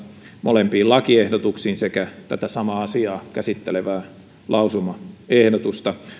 molempiin lakiehdotuksiin sekä tätä samaa asiaa käsittelevää lausumaehdotusta